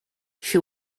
she